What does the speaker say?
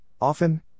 often